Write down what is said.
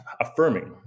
affirming